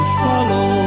follow